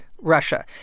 Russia